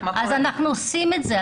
אז אנחנו עושים את זה.